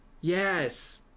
yes